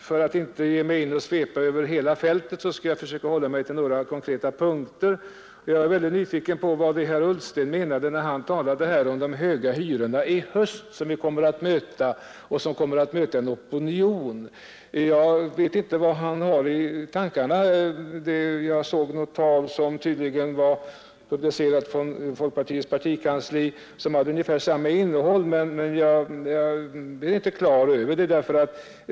För att inte svepa över hela fältet skall jag försöka hålla mig till några konkreta punkter. Jag är väldigt nyfiken på vad herr Ullsten menade när han talade om de höga hyror som kommer i höst och som kommer att möta en opinion. Vad han har i tankarna vet jag inte. Jag såg något tal som tydligen var publicerat från folkpartiets partikansli och som hade ungefär samma innehåll, men jag blev inte klar över det.